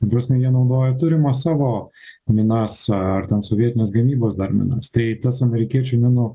ta prasme jie naudoja turimas savo minas ar ten sovietinės gamybos dar minas tai tas amerikiečių minų